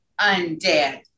undead